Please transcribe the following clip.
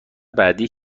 بعدی